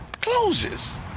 closes